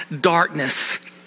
darkness